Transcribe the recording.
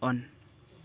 on